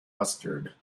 mustard